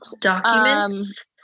documents